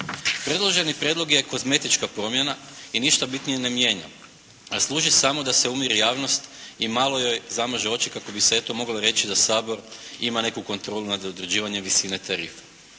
Predloženi prijedlog je kozmetička promjena i ništa bitnije ne mijenja a služi samo da se umiri javnost i malo joj zamaže oči kako bi se eto moglo reći da Sabor ima neku kontrolu nad određivanjem visine tarifa.